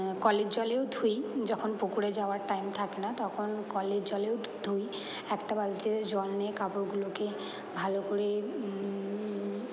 কলের জলেও ধুই যখন পুকুরে যাওয়ার টাইম থাকে না তখন কলের জলেও ধুই একটা বালতিতে জল নিয়ে কাপড়গুলোকে ভালো করে